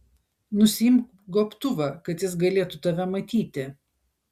nusiimk gobtuvą kad jis galėtų tave matyti